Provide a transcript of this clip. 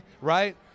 right